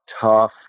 tough